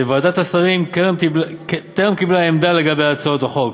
ועדת השרים טרם קיבלה עמדה לגבי הצעות החוק,